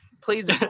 please